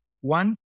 one